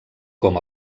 com